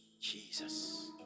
Jesus